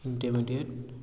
inter mediate